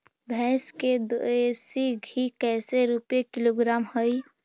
भैंस के देसी घी कैसे रूपये किलोग्राम हई?